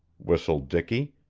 whistled dicky.